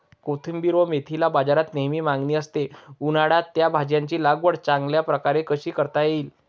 कोथिंबिर व मेथीला बाजारात नेहमी मागणी असते, उन्हाळ्यात या भाज्यांची लागवड चांगल्या प्रकारे कशी करता येईल?